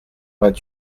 vingt